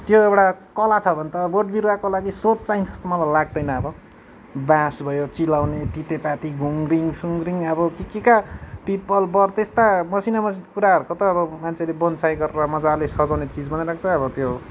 त्यो एउटा कला छ भने त बोट बिरुवाको लागि स्रोत चाहिन्छ जस्तो मलाई लाग्दैन अब बाँस भयो चिलाउने तितेपाती घुङ्रिङ सुङ्रिङ अब के केका पिपल बर त्यस्ता मसिना मसिना कुराहरूको त अब मान्छेले बोन्साई गरेर मजाले सजाउने चिज बनाइरहेको छ अब त्यो